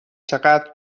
چقدر